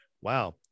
wow